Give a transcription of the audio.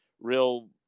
real